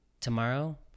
tomorrow